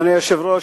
אדוני היושב-ראש,